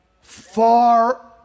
far